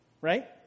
right